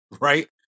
Right